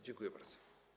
Dziękuję bardzo.